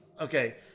Okay